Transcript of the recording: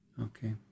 Okay